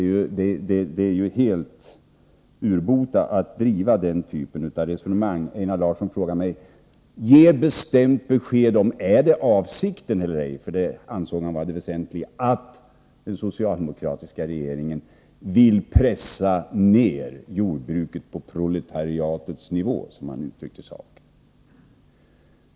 Det är ju helt urbota att driva den typen av resonemang. Einar Larsson säger till mig: Ge bestämt besked om det är avsikten eller ej — det ansåg han vara det väsentliga — att den socialdemokratiska regeringen vill pressa ned jordbruket på proletariatets nivå, som han uttryckte saken.